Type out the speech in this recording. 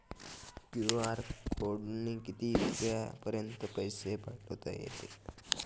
QR कोडनं किती रुपयापर्यंत पैसे पाठोता येते?